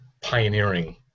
pioneering